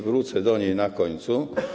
Wrócę do niej na końcu.